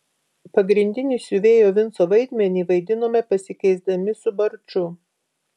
pagrindinį siuvėjo vinco vaidmenį vaidinome pasikeisdami su barču